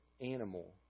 animal